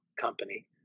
company